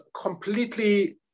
completely